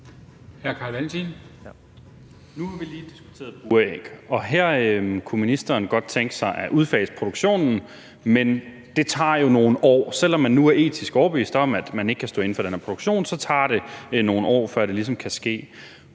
her kunne ministeren godt tænke sig at udfase produktionen, men det tager jo nogle år. Selv om man nu er etisk overbevist om, at man ikke kan stå inde for den her produktion, tager det nogle år, før det ligesom kan ske.